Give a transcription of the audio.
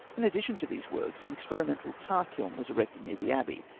in addition to these works, an ex perimental'tar-ldln was erected near the abbey,